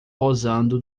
posando